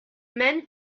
men